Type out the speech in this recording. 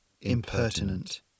Impertinent